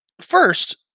first